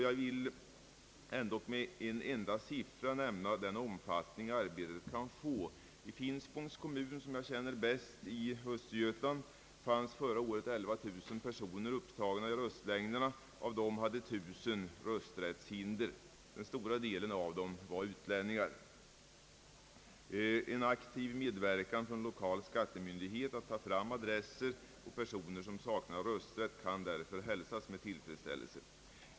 Jag vill ändå med en siffra nämna den omfattning arbetet kan få. I Finspångs kommun i Östergötland, som jag känner bäst till, fanns förra året 11 000 personer antecknade i röstlängderna, och av dessa hade 1000 rösträttshinder. Huvuddelen av dessa var utlänningar. En aktiv medverkan från lokal skattemyndighet att ta fram adresser på de personer som saknar rösträtt kan därför hälsas med tillfredsställelse.